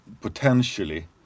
potentially